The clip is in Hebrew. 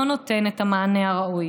לא נותן את המענה הראוי.